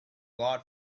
god